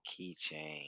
keychain